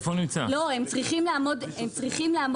לא, הם צריכים לעמוד ביעדים.